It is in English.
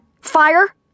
Fire